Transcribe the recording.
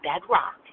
bedrock